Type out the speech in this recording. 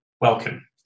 welcome